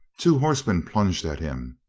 two horsemen plunged at him.